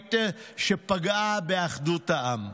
הנוראית שפגעה באחדות העם.